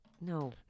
no